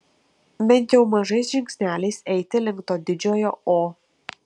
bent jau mažais žingsneliais eiti link to didžiojo o